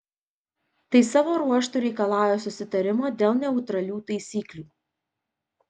tai savo ruožtu reikalauja susitarimo dėl neutralių taisyklių